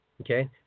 okay